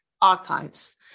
archives